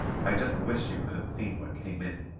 i just wish you could have seen what came in.